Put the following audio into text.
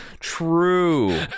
true